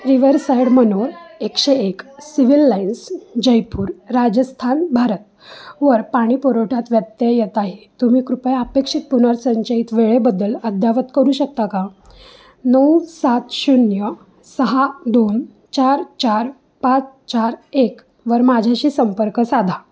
Riverside manor एकशे एक civil lines Jaipur Rajasthan Bharat वर पाणी पुरवठ्यात व्यत्यय येत आहे तुम्ही कृपया अपेक्षित पुनर्संचयीत वेळेबद्दल अद्ययावत करू शकता का नऊ सात शून्य सहा दोन चार चार पाच चार एकवर माझ्याशी संपर्क साधा